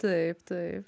taip taip